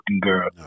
girl